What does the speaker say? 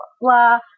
blah